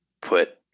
put